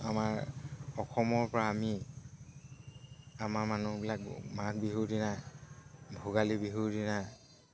আমাৰ অসমৰ পৰা আমি আমাৰ মানুহবিলাক মাঘ বিহুৰ দিনা ভোগালী বিহুৰ দিনা